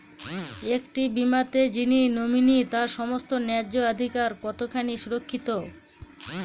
একটি বীমাতে যিনি নমিনি তার সমস্ত ন্যায্য অধিকার কতখানি সুরক্ষিত?